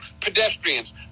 pedestrians